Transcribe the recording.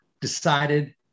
decided